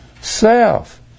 self